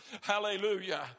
Hallelujah